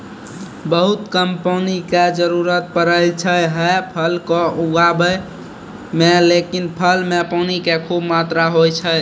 बहुत कम पानी के जरूरत पड़ै छै है फल कॅ उगाबै मॅ, लेकिन फल मॅ पानी के खूब मात्रा होय छै